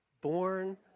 born